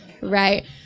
right